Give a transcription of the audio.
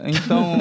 Então